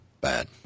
bad